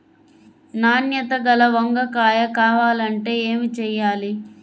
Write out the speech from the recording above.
నాణ్యత గల వంగ కాయ కావాలంటే ఏమి చెయ్యాలి?